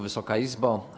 Wysoka Izbo!